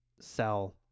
sell